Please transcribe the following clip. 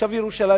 תושב ירושלים,